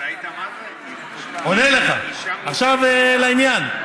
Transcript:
אני עונה לך, עכשיו לעניין: